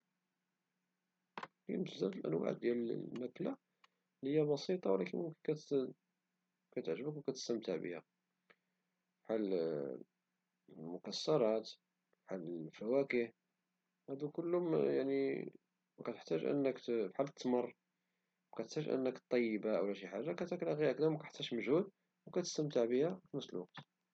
كاين بزاف ديال الانواع د الماكلة اللي هي البسيطة ولكن كتعجبك وكتستمتع بها بحال المكسرات بحال الفواكه هادو كلهم يعني كنحتاج انك بحال التمر مكتحتاش انك طيبها ولى شي حاجة كتاكلها غير هاكدا مكتحتاش مجهود او كتستمتع بها في نفس الوقت